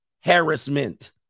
harassment